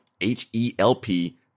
H-E-L-P